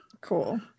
Cool